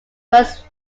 was